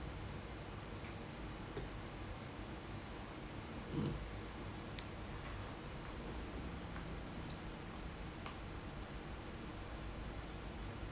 mm